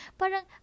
parang